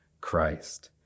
Christ